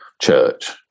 church